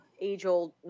age-old